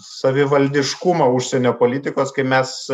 savivaldiškumą užsienio politikos kai mes